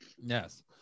Yes